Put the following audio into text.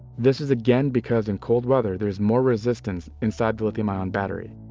this is again because in cold weather, there's more resistant inside the lithium ion batteries,